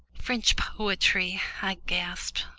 french poetry, i gasped,